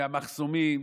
מהמחסומים,